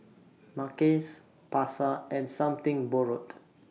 Mackays Pasar and Something Borrowed